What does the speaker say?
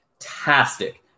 fantastic